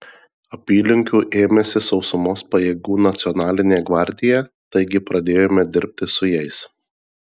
apylinkių ėmėsi sausumos pajėgų nacionalinė gvardija taigi pradėjome dirbti su jais